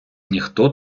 ніхто